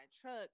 truck